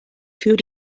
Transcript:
für